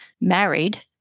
married